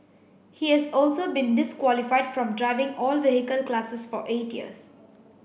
he has also been disqualified from driving all vehicle classes for eight years